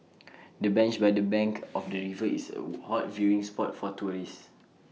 the bench by the bank of the river is A hot viewing spot for tourists